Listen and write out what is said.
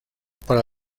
para